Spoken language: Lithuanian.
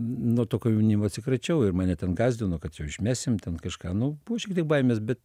nuo to komjaunimo atsikračiau ir mane ten gąsdino kad jau išmesim ten kažką nu buvo šiek tiek baimės bet